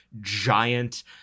giant